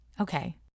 Okay